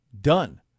done